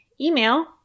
email